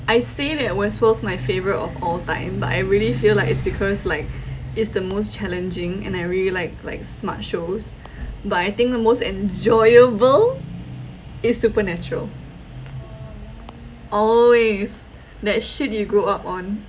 I say that westworld's my favourite of all time but I really feel like it's because like it's the most challenging and I really like like smart shows but I think the most enjoyable is supernatural always that shit you grow up on